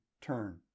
turn